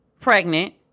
pregnant